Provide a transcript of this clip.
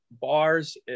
bars